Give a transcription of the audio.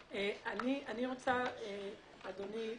אדוני,